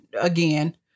again